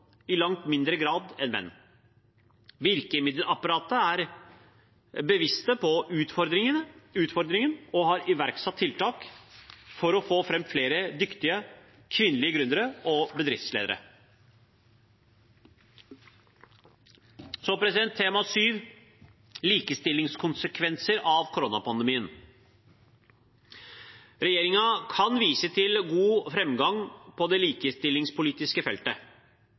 i langt mindre grad enn menn. Virkemiddelapparatet er bevisst på utfordringen og har iverksatt tiltak for å få fram flere dyktige kvinnelige gründere og bedriftsledere. Mitt syvende hovedtema er likestillingskonsekvenser av koronapandemien. Regjeringen kan vise til god framgang på det likestillingspolitiske feltet.